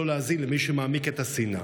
לא להאזין למי שמעמיק את השנאה.